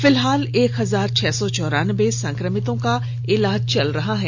फिलहाल एक हजार छह सौ चारान्बे संक्रमितों का इलाज चल रहा है